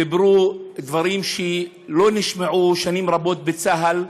אמרו דברים שלא נשמעו שנים רבות בצה"ל,